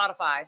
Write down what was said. Spotify